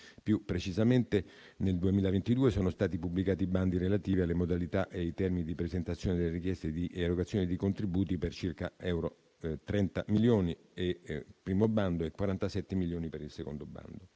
Più precisamente, nel 2022 sono stati pubblicati i bandi relativi alle modalità e ai termini di presentazione delle richieste di erogazione di contributi per circa 30 milioni di euro per il primo bando e 47 milioni per il secondo bando.